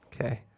Okay